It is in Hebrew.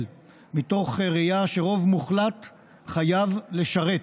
מתוך ראייה שרוב מוחלט חייבים לשרת.